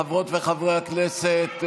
חברות וחברי הכנסת,